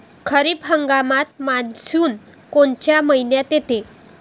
खरीप हंगामात मान्सून कोनच्या मइन्यात येते?